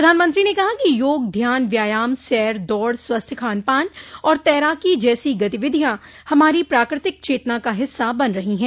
प्रधानमंत्री ने कहा कि योग ध्यान व्यायाम सैर दौड़ स्वस्थ खान पान और तैराकी जैसी गतिविधियां हमारी प्राकृ तिक चेतना का हिस्सा बन रही हैं